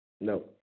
No